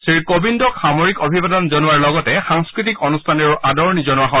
শ্ৰীকোবিন্দক সামৰিক অভিবাদন জনোৱাৰ লগতে সাংস্থ্বতিক অনুষ্ঠানেৰেও আদৰণি জনোৱা হয়